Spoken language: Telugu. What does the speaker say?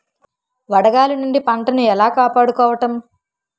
వడగాలి నుండి పంటను ఏలా కాపాడుకోవడం?